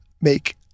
make